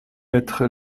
être